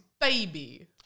Baby